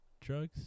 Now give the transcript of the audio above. drugs